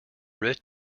route